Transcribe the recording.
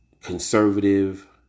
conservative